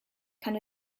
kann